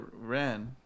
ran